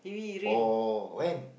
oh when